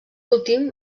últim